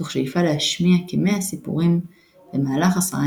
תוך שאיפה להשמיע כמאה סיפורים במהלך עשרה